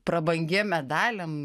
prabangiem medaliam